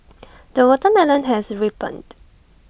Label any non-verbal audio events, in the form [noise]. [noise] the watermelon has ripened